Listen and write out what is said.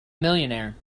millionaire